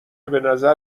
بنظر